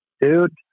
dude